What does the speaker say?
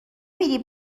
میری